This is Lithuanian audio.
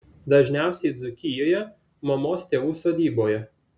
dažniausiai dzūkijoje mamos tėvų sodyboje